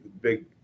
big